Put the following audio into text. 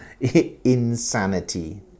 insanity